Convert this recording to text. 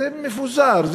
זה מפוזר,